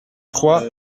trois